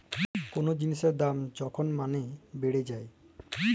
call জিলিসের দাম যখল ম্যালা বাইড়ে যায়